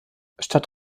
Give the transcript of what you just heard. statt